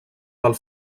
del